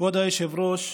כבוד היושב-ראש,